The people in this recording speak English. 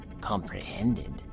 comprehended